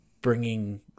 bringing